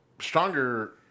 stronger